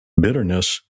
bitterness